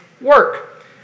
work